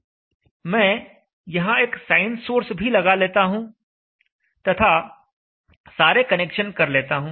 मैं यहां एक साइन सोर्स भी लगा लेता हूं तथा सारे कनेक्शन कर लेता हूं